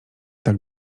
tak